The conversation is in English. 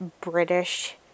British